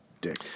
Dick